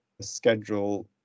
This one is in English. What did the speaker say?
schedule